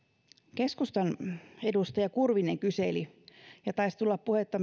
keskustan edustaja kurvinen kyseli ja taisi tulla puhetta